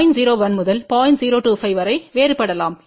025 வரை வேறுபடலாம்